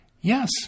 Yes